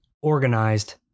organized